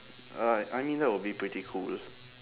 uh I mean that would be pretty cool